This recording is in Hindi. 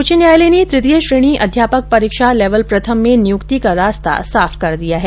उच्च न्यायालय ने तृतीय श्रेणी अध्यापक परीक्षा लेवल प्रथम में नियुक्ति का रास्ता साफ कर दिया है